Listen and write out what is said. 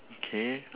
okay